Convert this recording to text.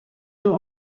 joue